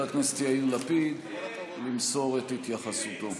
הכנסת יאיר לפיד למסור את התייחסותו,